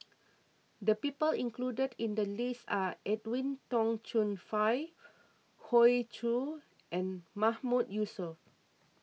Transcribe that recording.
the people included in the list are Edwin Tong Chun Fai Hoey Choo and Mahmood Yusof